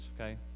okay